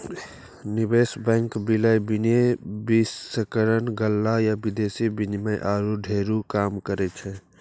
निवेश बैंक, विलय, विनिवेशकरण, गल्ला या विदेशी विनिमय आरु ढेरी काम करै छै